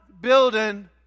building